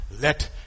let